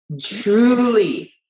truly